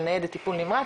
של ניידת טיפול נמרץ,